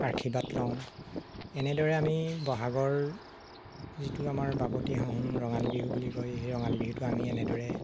আৰ্শীবাদ লওঁ এনেদৰে আমি বহাগৰ যিটো আমাৰ বাপুতি সাহোন ৰঙালী বিহু বুলি কয় সেই ৰঙালী বিহুটো আমি এনেদৰে